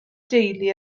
deulu